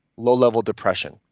low-level depression.